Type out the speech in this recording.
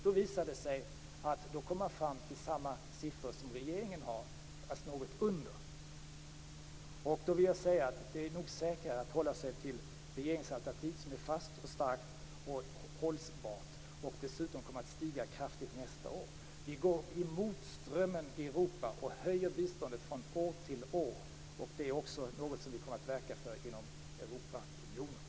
Då visar det sig att man kommer fram till nästan samma siffror som regeringen. Man hamnar något under. Då vill jag säga att det nog är säkrare att hålla sig till regeringsalternativet, som är fast och starkt och hållbart. Siffrorna kommer dessutom att stiga kraftigt nästa år. Vi går emot strömmen i Europa och höjer biståndet från år till år. Det är något som vi också kommer att verka för inom Europaunionen.